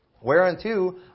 Whereunto